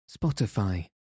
Spotify